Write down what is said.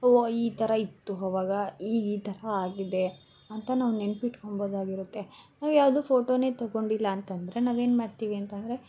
ಓ ಈ ಥರ ಇತ್ತು ಅವಾಗ ಈಗ ಈ ಥರ ಆಗಿದೆ ಅಂತ ನಾವು ನೆನ್ಪು ಇಟ್ಕೊಬೋದಾಗಿರುತ್ತೆ ನಾವು ಯಾವುದೂ ಫೋಟೋನೆ ತಗೊಂಡಿಲ್ಲ ಅಂತಂದರೆ ನಾವೇನು ಮಾಡ್ತೀವಿ ಅಂತಂದರೆ